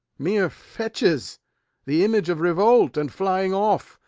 mere fetches the images of revolt and flying off!